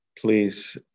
please